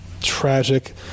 tragic